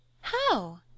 How